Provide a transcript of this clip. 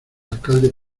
alcalde